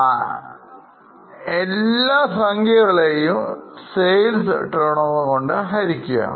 നാം എല്ലാ സംഖ്യകളെയും സെയിൽസ് ടേണോവർ കൊണ്ട്ഹരിക്കുന്നു